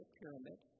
pyramid